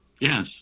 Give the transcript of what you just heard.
Yes